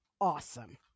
awesome